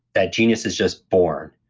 that genius is just born.